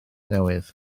newydd